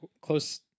close